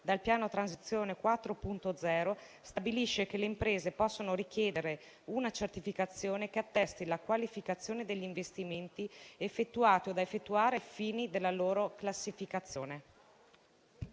dal piano Transizione 4.0, stabilisce che le imprese possano richiedere una certificazione che attesti la qualificazione degli investimenti effettuati o da effettuare ai fini della loro classificazione.